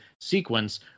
sequence